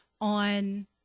on